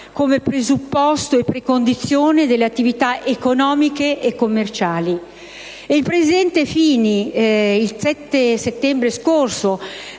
come presupposto e precondizione delle attività economiche e commerciali. Il presidente Gianfranco Fini, il 7 settembre scorso,